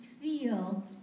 feel